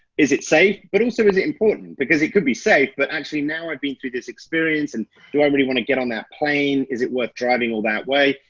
is it safe? but also is it important because it could be safe. but actually, now i've been through this experience and do i really wanna get on that plane? is it worth driving all that way?